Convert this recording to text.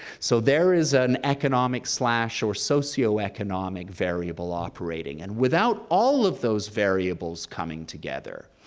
so there is an economic slash or socioeconomic variable operating, and without all of those variables coming together,